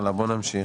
הלאה, בואו נמשיך.